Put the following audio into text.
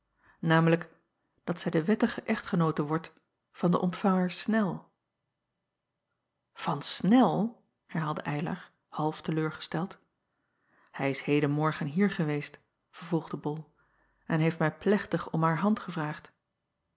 delen dat zij de wettige echtgenoote wordt van den ontvanger nel an nel herhaalde ylar half te leur gesteld ij is heden morgen hier geweest vervolgde ol en heeft mij plechtig om haar hand gevraagd